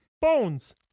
bones